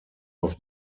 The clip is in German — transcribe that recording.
auf